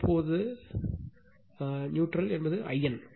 தற்போதையது neutral என்பது In